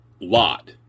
lot